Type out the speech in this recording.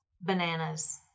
bananas